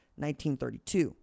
1932